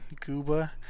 Gooba